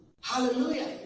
hallelujah